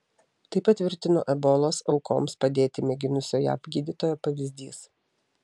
tai patvirtino ebolos aukoms padėti mėginusio jav gydytojo pavyzdys